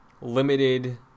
limited